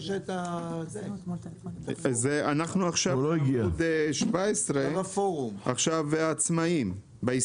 אנחנו בעמ' 17 עצמאים.